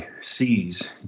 sees